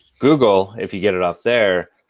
google, if you get it off there,